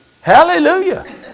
Hallelujah